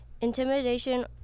intimidation